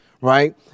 right